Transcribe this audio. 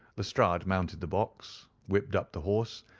lestrade mounted the box, whipped up the horse,